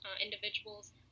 individuals